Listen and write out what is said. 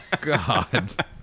God